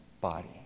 body